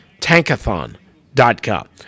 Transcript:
tankathon.com